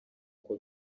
uko